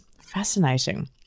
fascinating